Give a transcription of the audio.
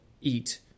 eat